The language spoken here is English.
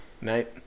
Night